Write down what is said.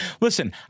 listen